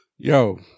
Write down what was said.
Yo